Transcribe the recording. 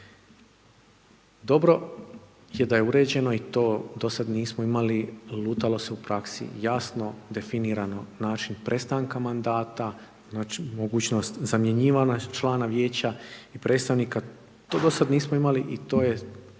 Dobro je da je uređeno i to, dosad nismo imali, lutalo se u praksi, jasno definirano način prestanka mandata, znači, mogućnost zamjenjivanja člana vijeća i predstavnika, to dosad nismo imali i to je